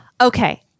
Okay